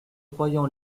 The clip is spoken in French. croyant